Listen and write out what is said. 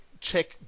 check